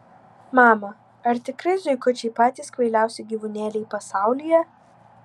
mama ar tikrai zuikučiai patys kvailiausi gyvūnėliai pasaulyje